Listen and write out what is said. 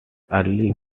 earlier